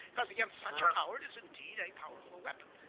because against such a power, it is indeed a powerful weapon,